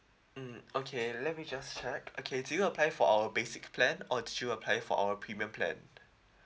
mm okay let me just check okay did you apply for our basic plan or did you apply for our premium plan